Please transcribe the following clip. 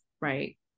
right